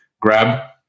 Grab